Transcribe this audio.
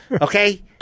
okay